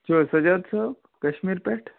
تُہۍ چھُو حظ سجاد صٲب کَشمیٖر پٮ۪ٹھ